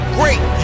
great